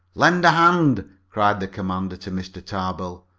lend a hand! cried the commander to mr. tarbill.